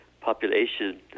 population